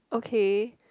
okay